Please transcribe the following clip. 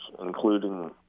including